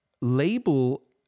label